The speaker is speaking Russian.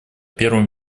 первом